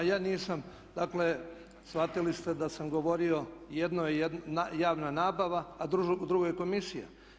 Ja nisam, dakle shvatili ste da sam govorio jedno je javna nabava a drugo je komisija.